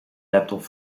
laptop